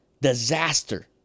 disaster